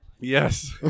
Yes